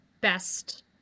best